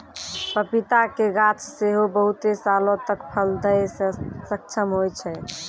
पपीता के गाछ सेहो बहुते सालो तक फल दै मे सक्षम होय छै